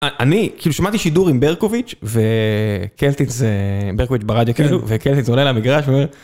אני כאילו שמעתי שידור עם ברקוביץ' וקלטיץ' ברקוביץ' ברדיו כאילו וקלטיץ' עולה למגרש ואומר.